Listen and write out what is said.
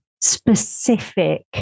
specific